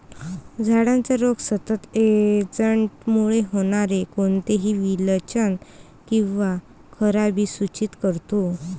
झाडाचा रोग सतत एजंटमुळे होणारे कोणतेही विचलन किंवा खराबी सूचित करतो